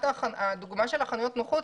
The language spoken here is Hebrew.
הדוגמה של חנויות הנוחות,